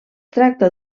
tracta